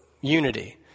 unity